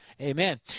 amen